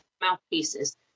mouthpieces